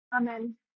Amen